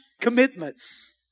Commitments